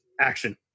Action